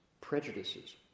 prejudices